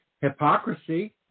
hypocrisy